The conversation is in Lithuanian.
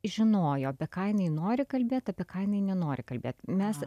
žinojo apie ką jinai nori kalbėt apie ką jinai nenori kalbėt mes